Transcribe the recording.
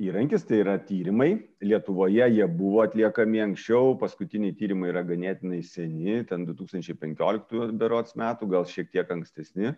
įrankis tai yra tyrimai lietuvoje jie buvo atliekami anksčiau paskutiniai tyrimai yra ganėtinai seni ten du tūkstančiai penkioliktų berods metų gal šiek tiek ankstesni